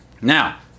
Now